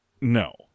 no